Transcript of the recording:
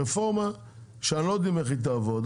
רפורמה שאנחנו לא יודעים איך היא תעבוד,